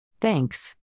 Thanks